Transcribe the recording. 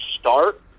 start